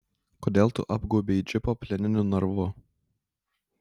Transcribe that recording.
kodėl tu apgaubei džipą plieniniu narvu